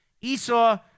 esau